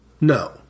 No